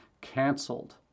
canceled